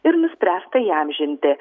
ir nuspręsta įamžinti